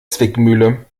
zwickmühle